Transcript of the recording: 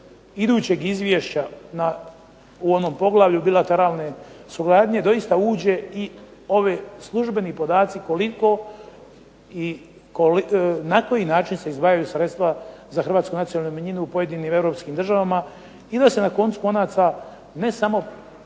idućeg izvješća na, u onom poglavlju bilateralne suradnje doista uđe i ovi službeni podaci koliko i na koji način se izdvajaju sredstva za hrvatsku nacionalnu manjinu u pojedinim europskim državama. I da se na koncu konaca ne samo